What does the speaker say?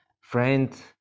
friend